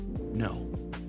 no